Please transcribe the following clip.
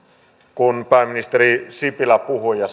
kun pääministeri sipilä puhui ja